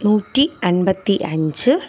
നൂറ്റി അൻപത്തി അഞ്ച്